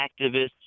activists